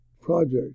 project